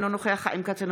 אינו נוכח חיים כץ,